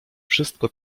wszystko